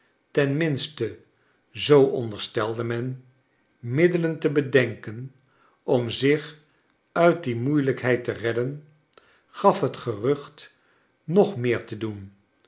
tenminste zoo onderstelde men middelen te bedenken om zich uit die moeilijkheid te redden gaf het gerucht nog meer te doen